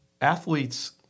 athletes